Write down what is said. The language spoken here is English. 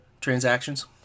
transactions